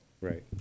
Right